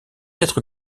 être